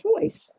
choice